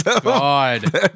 God